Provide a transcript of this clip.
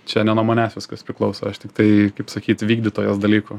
čia ne nuo manęs viskas priklauso aš tiktai kaip sakyti vykdytojas dalykų